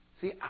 See